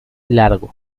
largo